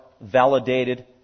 validated